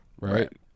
Right